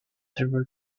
ever